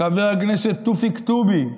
חבר הכנסת תופיק טובי,